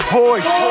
voice